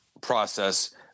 process